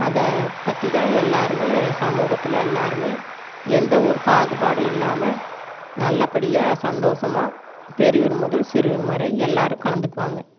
அதை பற்றி தான் எல்லோருமே சமூகத்தில் எல்லோருமே எந்த ஒரு பாகுபாடும் இல்லாமல் நல்லபடியாக சந்தோஷமா பெரியவர் முதல் சிறுவங் வரை எல்லோரும் கலந்துக்குவாங்க